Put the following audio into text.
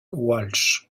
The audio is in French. walsh